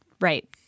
right